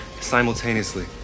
simultaneously